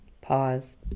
Pause